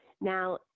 Now